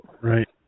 Right